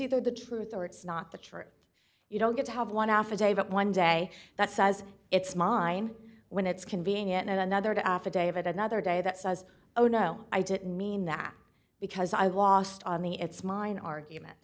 either the truth or it's not the truth you don't get to have one affidavit one day that says it's mine when it's convenient and another to affidavit another day that says oh no i didn't mean that because i lost on the it's mine argument